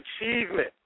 achievement